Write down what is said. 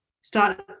start